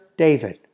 David